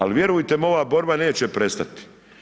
Ali, vjerujte mi, ova borba neće prestati.